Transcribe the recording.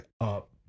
up